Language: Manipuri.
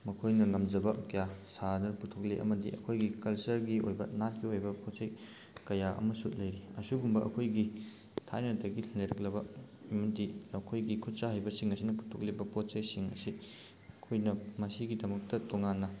ꯃꯈꯣꯏꯅ ꯉꯝꯖꯕ ꯀꯌꯥ ꯁꯥꯗꯨꯅ ꯄꯨꯊꯣꯛꯂꯤ ꯑꯃꯗꯤ ꯑꯩꯈꯣꯏꯒꯤ ꯀꯜꯆꯔꯒꯤ ꯑꯣꯏꯕ ꯅꯥꯠꯀꯤ ꯑꯣꯏꯕ ꯄꯣꯠꯆꯩ ꯀꯌꯥ ꯑꯃꯁꯨ ꯂꯩꯔꯤ ꯑꯁꯤꯒꯨꯝꯕ ꯑꯩꯈꯣꯏꯒꯤ ꯊꯥꯏꯅꯗꯒꯤ ꯂꯩꯔꯛꯂꯕ ꯑꯃꯗꯤ ꯑꯩꯈꯣꯏꯒꯤ ꯈꯨꯠꯁꯥ ꯍꯩꯕꯁꯤꯡ ꯑꯁꯤꯅ ꯄꯨꯊꯣꯛꯂꯤꯕ ꯄꯣꯠꯆꯩꯁꯤꯡ ꯑꯁꯤ ꯑꯩꯈꯣꯏꯅ ꯃꯁꯤꯒꯤꯗꯃꯛꯇ ꯇꯣꯉꯥꯟꯕ